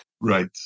Right